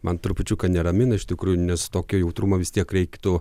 man trupučiuką neramina iš tikrųjų nes tokio jautrumo vis tiek reiktų